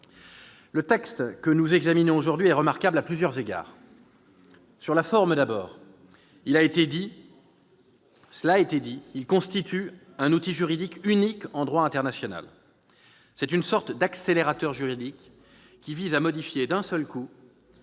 le texte que nous examinons aujourd'hui est remarquable à plusieurs égards. Sur la forme d'abord, cela a été dit, il constitue un outil juridique unique en droit international. C'est une sorte d'accélérateur juridique, qui vise à modifier d'un seul coup